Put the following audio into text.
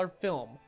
film